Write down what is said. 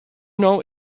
know